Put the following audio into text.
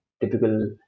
typical